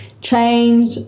change